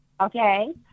okay